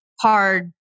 hard